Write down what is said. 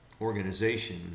organization